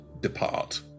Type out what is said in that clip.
depart